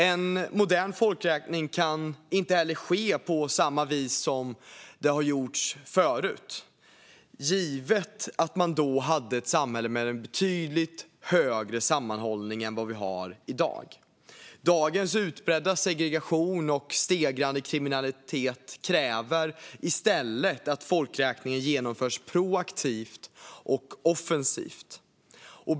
En modern folkräkning kan inte heller göras på samma vis som folkräkningar har gjorts tidigare, givet att man då hade ett samhälle med en betydligt högre sammanhållning än vad vi har i dag. Dagens utbredda segregation och stegrande kriminalitet kräver i stället att folkräkningen genomförs proaktivt och offensivt.